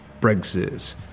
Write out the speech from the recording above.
Brexit